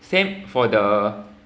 same for the